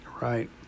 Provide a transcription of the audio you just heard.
Right